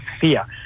fear